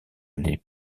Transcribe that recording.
les